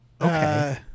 Okay